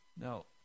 Now